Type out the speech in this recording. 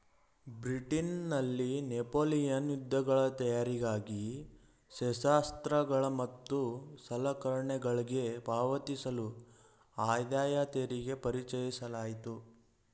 ಬ್ರಿಟನ್ನಲ್ಲಿ ನೆಪೋಲಿಯನ್ ಯುದ್ಧಗಳ ತಯಾರಿಗಾಗಿ ಶಸ್ತ್ರಾಸ್ತ್ರಗಳು ಮತ್ತು ಸಲಕರಣೆಗಳ್ಗೆ ಪಾವತಿಸಲು ಆದಾಯತೆರಿಗೆ ಪರಿಚಯಿಸಲಾಯಿತು